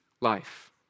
life